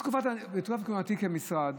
בתקופת כהונתי במשרד